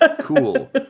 Cool